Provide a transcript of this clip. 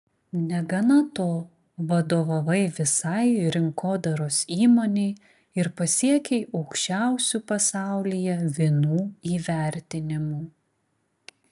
negana to vadovavai visai rinkodaros įmonei ir pasiekei aukščiausių pasaulyje vynų įvertinimų